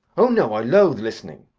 oh no! i loathe listening.